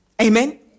Amen